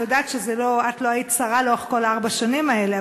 אני יודעת שאת לא היית שרה לאורך כל ארבע השנים האלה,